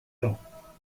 ans